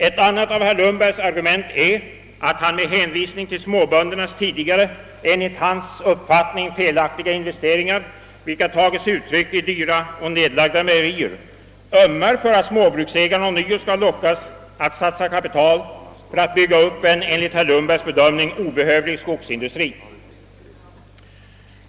Ett annat av herr Lundbergs argument är att han med hänvisning till småböndernas tidigare enligt hans uppfattning felaktiga investeringar, vilka tagit sig uttryck i dyra och nedlagda mejerier, ömmar för att småbruksägarna ånyo skall lockas att satsa kapital för att bygga upp en enligt herr Lundbergs bedömning obehövlig skogsindustri.